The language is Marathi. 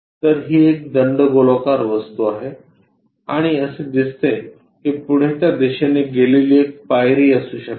तर ही एक दंडगोलाकार वस्तू आहे आणि असे दिसते की पुढे त्या दिशेने गेलेली एक पायरी असू शकते